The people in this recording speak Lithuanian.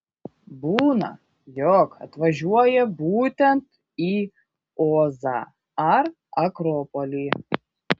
būna jog atvažiuoja būtent į ozą ar akropolį